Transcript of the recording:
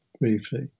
briefly